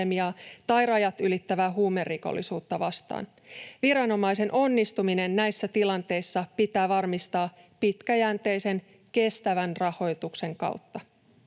kuin rajat ylittävää huumerikollisuuttakin vastaan. Viranomaisten onnistuminen näissä tilanteissa pitää varmistaa pitkäjänteisen, kestävän rahoituksen kautta.